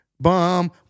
Bum